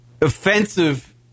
offensive